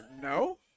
no